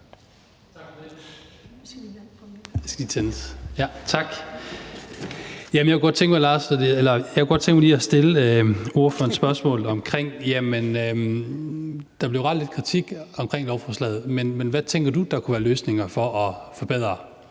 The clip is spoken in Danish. Jeg kunne godt tænke mig lige at stille hr. Lars Boje Mathiesen et spørgsmål. Der blev rettet lidt kritik mod lovforslaget, men hvad tænker du kunne være løsningerne for at forbedre